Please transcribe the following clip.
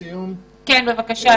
במשפט?